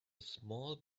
small